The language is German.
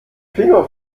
finger